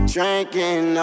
Drinking